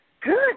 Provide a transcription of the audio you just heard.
good